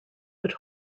but